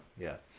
yeah.